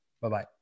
Bye-bye